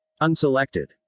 Unselected